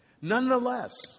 Nonetheless